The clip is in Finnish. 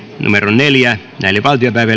neljä neljä